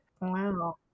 Wow